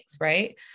right